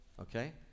okay